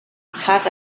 has